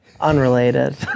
Unrelated